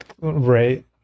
right